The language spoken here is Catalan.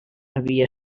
havia